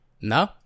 No